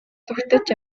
зугтаж